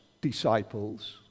disciples